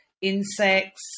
insects